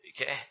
Okay